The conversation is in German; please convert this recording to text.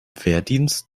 wehrdienst